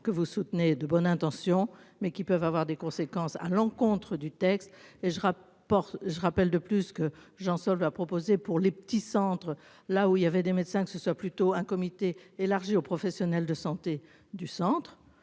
que vous soutenez de bonnes intentions mais qui peuvent avoir des conséquences à l'encontre du texte et je porte je rappelle de plus que Jean Sol va proposer pour les petits centres, là où il y avait des médecins que ce soit plutôt un comité élargi aux professionnels de santé du centre